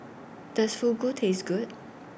Does Fugu Taste Good